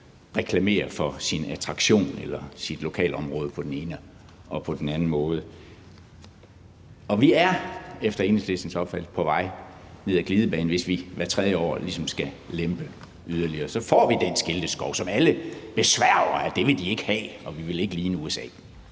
reklamere for sin attraktion eller sit lokalområde på den ene og på den anden måde. Vi er efter Enhedslistens opfattelse på vej ned ad glidebanen, hvis vi hvert tredje år ligesom skal lempe yderligere, for så får vi den skilteskov, som alle sværger på de ikke vil have, fordi vi ikke vil ligne USA.